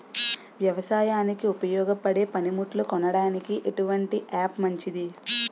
వ్యవసాయానికి ఉపయోగపడే పనిముట్లు కొనడానికి ఎటువంటి యాప్ మంచిది?